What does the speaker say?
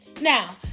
Now